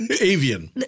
Avian